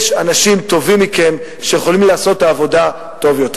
יש אנשים טובים מכם שיכולים לעשות את העבודה טוב יותר.